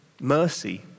mercy